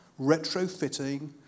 retrofitting